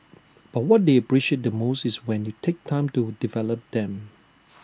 but what they appreciate the most is when you take time to develop them